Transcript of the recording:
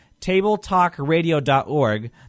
tabletalkradio.org